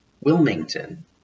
Wilmington